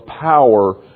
power